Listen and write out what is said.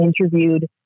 interviewed